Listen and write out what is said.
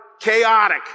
chaotic